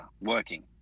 working